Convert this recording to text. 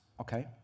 okay